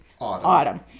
autumn